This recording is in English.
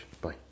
bye